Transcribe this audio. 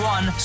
One